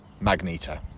Magneto